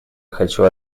хочу